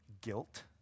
guilt